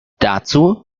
dazu